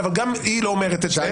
אבל גם היא לא אומרת את זה.